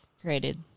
created